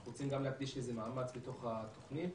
אנחנו רוצים להקדיש לזה מאמץ בתוך התוכנית.